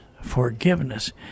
Forgiveness